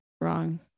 wrong